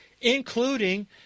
including